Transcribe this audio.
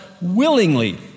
willingly